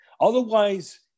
otherwise